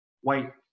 white